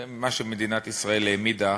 זה מה שמדינת ישראל העמידה